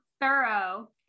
Thorough